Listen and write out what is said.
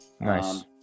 Nice